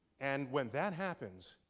and when that happens,